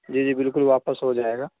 جی جی بالکل واپس ہو جائے گا